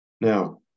Now